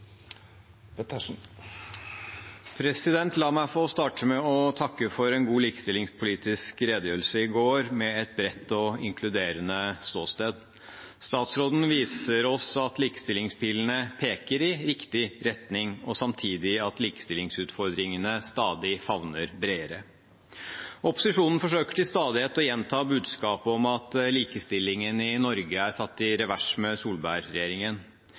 La meg få starte med å takke for en god likestillingspolitisk redegjørelse i går, med et bredt og inkluderende ståsted. Statsråden viser oss at likestillingspilene peker i riktig retning, og samtidig at likestillingsutfordringene stadig favner bredere. Opposisjonen forsøker til stadighet å gjenta budskapet om at likestillingen i Norge er i satt revers med